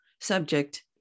subject